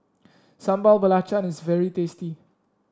Sambal Belacan is very tasty